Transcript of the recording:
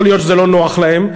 יכול להיות שזה לא נוח להם,